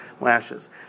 lashes